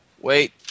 wait